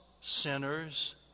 sinners